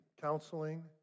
counseling